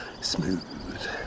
Smooth